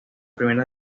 primera